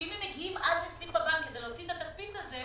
שאם הם מגיעים עד לסניף הבנק כדי להוציא את התדפיס הזה,